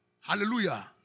Hallelujah